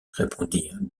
répondirent